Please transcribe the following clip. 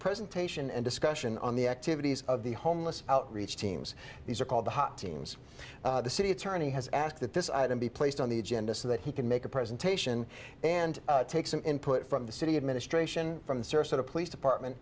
presentation and discussion on the activities of the homeless outreach teams these are called hot teams the city attorney has asked that this i be placed on the agenda so that he can make a presentation and take some input from the city administration from the police department